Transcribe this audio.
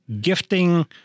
gifting